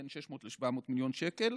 בין 600 ל-700 מיליון שקל,